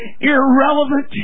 irrelevant